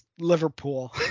Liverpool